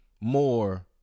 more